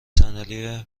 صندلی